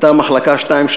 אתה מחלקה 2,